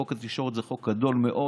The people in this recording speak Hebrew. חוק התקשורת זה חוק גדול מאוד,